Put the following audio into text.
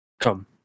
Come